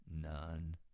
None